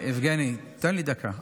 יבגני, תן לי דקה.